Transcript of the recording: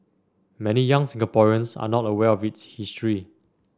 many young Singaporeans are not aware of its history